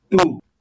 two